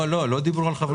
לא דיברו על חברי הכנסת.